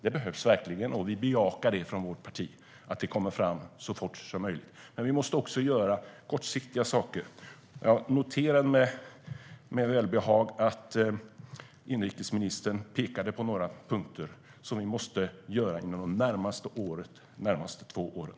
Det behövs verkligen, och vi i vårt parti bejakar att detta kommer fram så fort som möjligt. Men vi måste också göra kortsiktiga insatser. Jag noterade med välbehag att inrikesministern pekade på några punkter som vi måste ta oss an under de närmaste två åren.